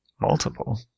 Multiple